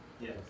Yes